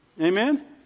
Amen